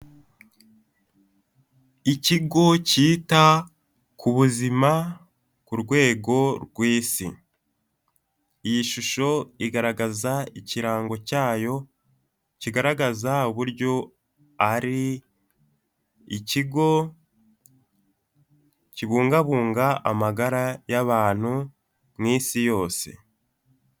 Ikigo cyita ku buzima ku rwego rw'si, iyi shusho igaragaza ikirango cyayo kigaragaza uburyo ari ikigo kibungabunga amagara y'abantu mu isi yose.